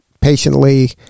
patiently